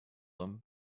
him